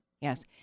Yes